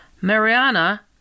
Mariana